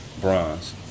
bronze